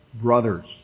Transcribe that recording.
brothers